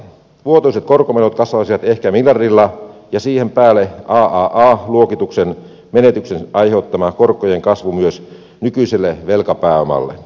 vuotuiset korkomenot kasvaisivat ehkä miljardilla ja siihen päälle tulisi aaa luokituksen menetyksen aiheuttama korkojen kasvu myös nykyiselle velkapääomalle